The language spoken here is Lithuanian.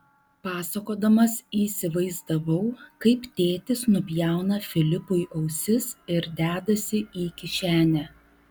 pasakodamas įsivaizdavau kaip tėtis nupjauna filipui ausis ir dedasi į kišenę